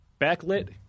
Backlit